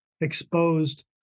exposed